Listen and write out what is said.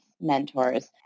mentors